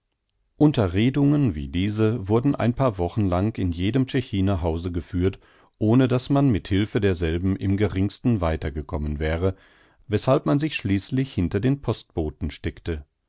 unterredungen wie diese wurden ein paar wochen lang in jedem tschechiner hause geführt ohne daß man mit hilfe derselben im geringsten weiter gekommen wäre weßhalb man sich schließlich hinter den postboten steckte